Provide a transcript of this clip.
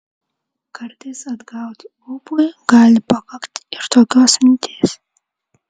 kartais atgauti ūpui gali pakakti ir tokios minties